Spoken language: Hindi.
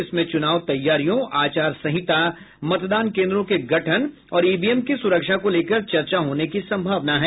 इसमें चुनाव तैयारियों आचार संहिता मतदान केन्द्रों के गठन और ईवीएम की सुरक्षा को लेकर चर्चा होने की संभावना है